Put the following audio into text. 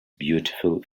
beautiful